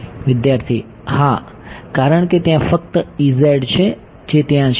વિદ્યાર્થી હા કારણકે ત્યાં ફક્ત છે જે ત્યાં છે